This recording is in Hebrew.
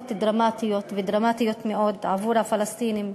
דרמטיות ודרמטיות מאוד עבור הפלסטינים.